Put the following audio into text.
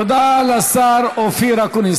תודה לשר אופיר אקוניס.